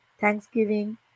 thanksgiving